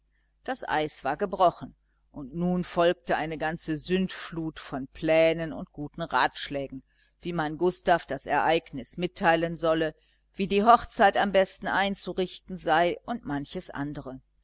das eis war gebrochen und nun folgte eine ganze sündflut von plänen und guten ratschlägen wie man gustav das ereignis mitteilen solle wie die hochzeit am besten einzurichten sei und manches andre